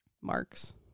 marks